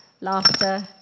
Laughter